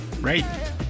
Right